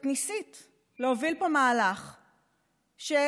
את ניסית להוביל פה מהלך שסיעתך,